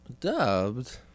Dubbed